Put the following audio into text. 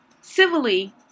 civilly